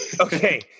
okay